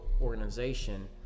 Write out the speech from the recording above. organization